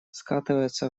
скатывается